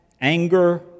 anger